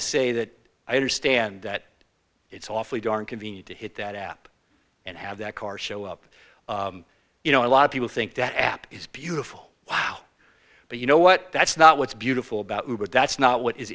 to say that i understand that it's awfully darn convenient to hit that app and have that car show up you know a lot of people think that app is beautiful wow but you know what that's not what's beautiful about you but that's not what is